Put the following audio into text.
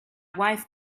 wife